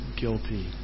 guilty